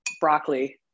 broccoli